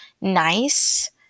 nice